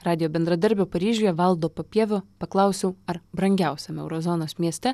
radijo bendradarbio paryžiuje valdo papievio paklausiau ar brangiausiame euro zonos mieste